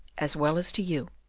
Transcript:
as well as to you.